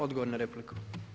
Odgovor na repliku.